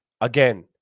Again